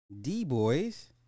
D-boys